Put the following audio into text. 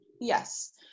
yes